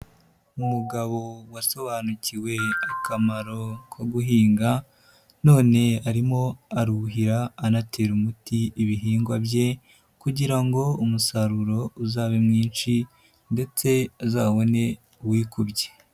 Umugabo wasobanukiwe akamaro ko guhinga, none arimo aruhira anatera umuti ibihingwa bye kugira ngo umusaruro uzabe mwinshi ndetse azabone uwikubye.